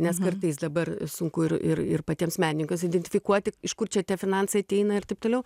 nes kartais dabar sunku ir ir ir patiems meninkas identifikuoti iš kur čia tie finansai ateina ir taip toliau